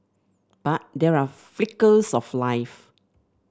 but there are flickers of life